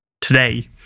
today